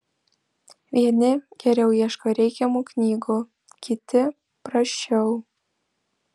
vieni geriau ieško reikiamų knygų kiti prasčiau